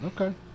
Okay